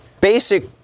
Basic